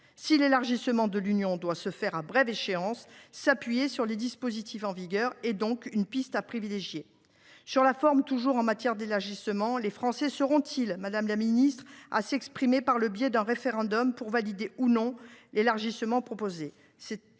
Si l’élargissement de l’Union devait se faire à brève échéance, s’appuyer sur les dispositifs en vigueur serait une piste à privilégier. Toujours sur la forme, en matière d’élargissement, les Français seront ils invités à s’exprimer par le biais d’un référendum, pour valider, ou non, l’élargissement proposé ?